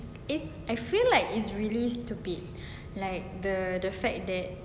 is I feel like it's really stupid like the the fact that